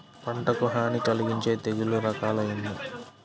పంటకు హాని కలిగించే తెగుళ్ల రకాలు ఎన్ని?